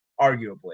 arguably